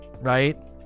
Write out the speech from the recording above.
right